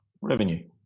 revenue